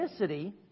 ethnicity